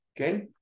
Okay